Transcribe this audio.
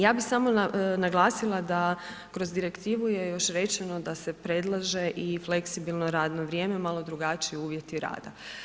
Ja bi samo naglasila da kroz direktivu je još rečeno da se predlaže i fleksibilno radno vrijeme i malo drugačiji uvjeti rada.